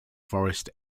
forest